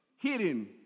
Hidden